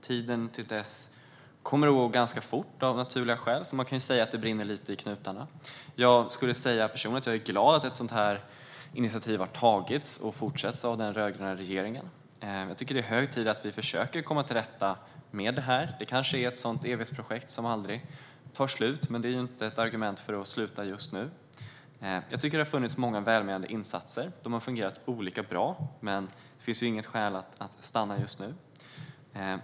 Tiden fram till dess kommer av naturliga skäl att gå fort. Man kan säga att det brinner i knutarna. Personligen är jag glad att ett sådant initiativ har tagits och att den rödgröna regeringen har fortsatt med det. Det är hög tid att försöka komma till rätta med detta. Kanske är det ett evighetsprojekt som aldrig tar slut, men det är inget argument för att sluta just nu. Det har funnits många välmenande insatser. De har fungerat olika bra, men det finns som sagt inga skäl att sluta nu.